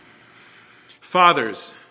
fathers